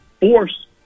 force